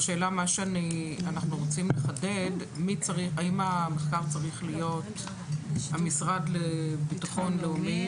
אנחנו רוצים לחדד האם המחקר צריך להיות המשרד לביטחון לאומי,